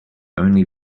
only